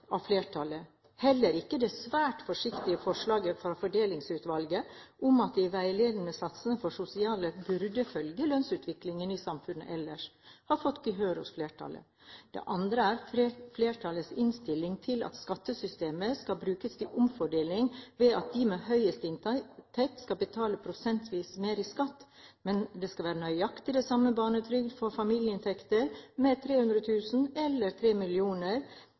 Heller ikke det svært forsiktige forslaget fra Fordelingsutvalget om at de veiledende satsene for sosialhjelp burde følge lønnsutviklingen i samfunnet ellers, har fått gehør hos flertallet. Det andre er flertallets innstilling til at skattesystemet skal brukes til omfordeling ved at de med høyest inntekt skal betale prosentvis mer i skatt, mens det skal være nøyaktig den samme barnetrygd om familieinntekten er 300 000 kr eller 3 mill. kr, eller den samme prisen for